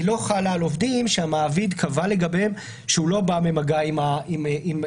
היא לא חלה על עובדים שהמעביד קבע לגביהם שהוא לא בא במגע עם הקהל.